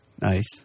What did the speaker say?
Nice